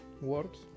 works